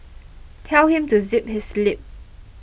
tell him to zip his lip